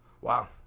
Wow